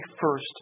first